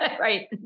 Right